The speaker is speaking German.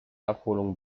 abholung